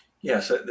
Yes